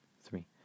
three